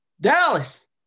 Dallas